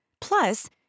Plus